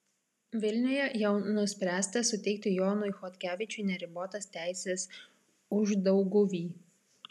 vilniuje jau nuspręsta suteikti jonui chodkevičiui neribotas teises uždauguvy